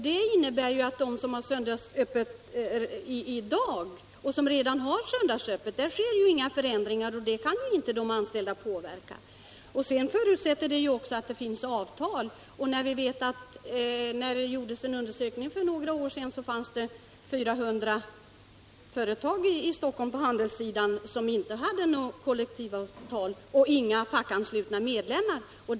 Det sker ju inga förändringar för dem som nu har söndagsäppet. Då medges inga förhandlingar. Förhandlingar enligt medbestämmandelagen förutsätter vidare att det finns avtal, men en undersökning som gjordes för några år sedan visade att det bara i Stockholm fanns 400 företag inom handeln som inte hade något kollektivavtal och där ingen av de anställda var fackansluten.